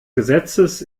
gesetzes